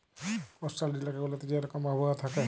coastal ইলাকা গুলাতে যে রকম আবহাওয়া থ্যাকে